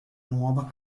nuova